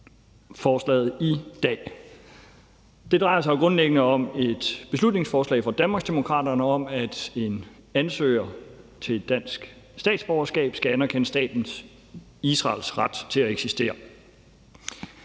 forslaget i dag. Det drejer sig grundlæggende om et beslutningsforslag fra Danmarksdemokraterne om, at en ansøger til et dansk statsborgerskab skal anerkende staten Israels ret til at eksistere.